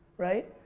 right?